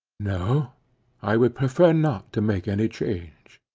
no i would prefer not to make any change.